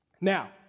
Now